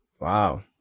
Wow